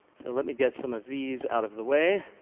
so let me get some of these out of the way.